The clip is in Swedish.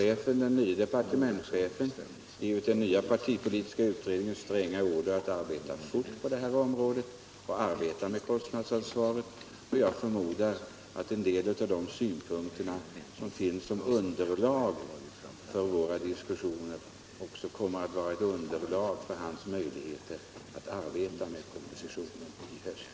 Nu har den nye departementschefen givit den nya trafikpolitiska utredningen stränga order om att arbeta snabbt i frågan om kostnadsansvaret, och jag förmodar att en del av de synpunkter vi har som underlag för våra diskussioner också kommer att ligga som underlag för kommunikationsministerns arbete med propositionen i höst.